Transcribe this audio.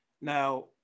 Now